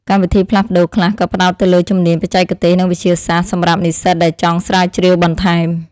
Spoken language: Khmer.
កម្មវិធីផ្លាស់ប្តូរខ្លះក៏ផ្តោតទៅលើជំនាញបច្ចេកទេសនិងវិទ្យាសាស្ត្រសម្រាប់និស្សិតដែលចង់ស្រាវជ្រាវបន្ថែម។